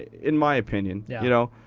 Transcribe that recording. in my opinion, you know?